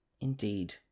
Indeed